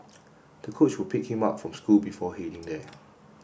the coach would pick him up from school before heading there